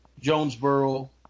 Jonesboro